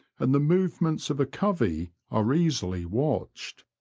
and the movements of a covey are easily watched.